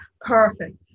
Perfect